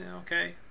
okay